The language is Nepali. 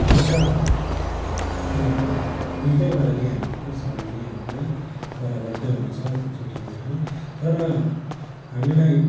हुनु त दुईवटैबाट ज्ञान सामान्य हो है बराबरकै हुन्छ दुईवटामै है तर हामीलाई